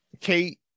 Kate